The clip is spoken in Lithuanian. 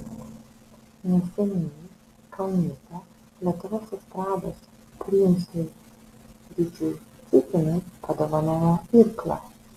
neseniai kaunietė lietuvos estrados princui ryčiui cicinui padovanojo irklą